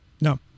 No